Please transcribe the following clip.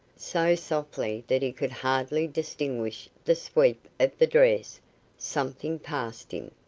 so softly that he could hardly distinguish the sweep of the dress, something passed him,